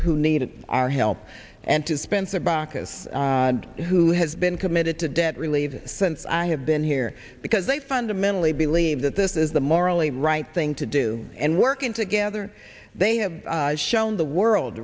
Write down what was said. who need our help and to spencer baucus who has been committed to debt relief since i have been here because they fundamentally believe that this is the morally right thing to do and working together they have shown the world